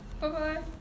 Bye-bye